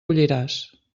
colliràs